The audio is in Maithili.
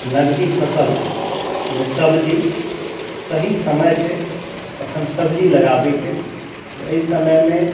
नगदी फसलमे सब्जी सही समय छै अखन सब्जी लगाबैके एहि समयमे